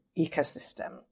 ecosystem